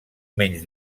menys